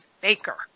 baker